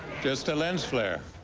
just a lens flare.